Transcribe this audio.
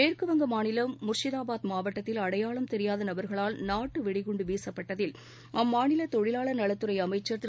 மேற்குவங்க மாநிலம் முர்ஷிதாபாத் மாவட்டத்தில் அடையாளம் தெரியாத நபர்களால் நாட்டு வெடிகுண்டு வீசப்பட்தில் அம்மாநில தொழிலாளர் நலத்துறை அமைச்சர் திரு